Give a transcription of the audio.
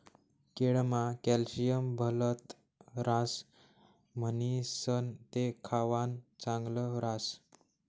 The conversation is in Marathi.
केळमा कॅल्शियम भलत ह्रास म्हणीसण ते खावानं चांगल ह्रास